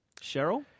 Cheryl